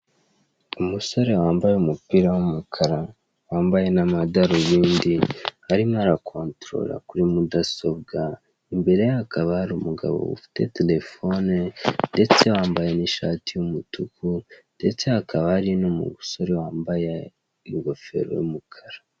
Umusore wambaye umupira w'umukara wambaye n'amadarubindi arimo ara control kuri mudasobwa, imbere ye hakaba hari umugabo ufite telefone ndetse wambaye n'ishati y'umutuku ndetse hakaba hari n'umusore wambaye ingofero y'umukara.